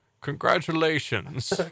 congratulations